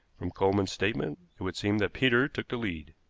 from coleman's statement it would seem that peter took the lead.